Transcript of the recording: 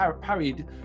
parried